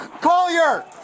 Collier